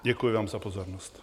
Děkuji vám za pozornost.